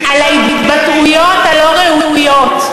על ההתבטאויות הלא-ראויות.